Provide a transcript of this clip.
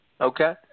Okay